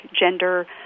gender